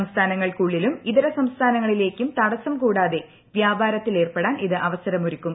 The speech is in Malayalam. സംസ്ഥാനങ്ങൾക്കുള്ളിലും ഇതര സംസ്ഥാനങ്ങളിലേക്കും തടസ്സം കൂടാതെ വ്യാപാരത്തിൽ ഏർപ്പെടാൻ ഇത് അവസരമൊരുക്കും